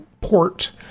port